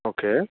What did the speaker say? okay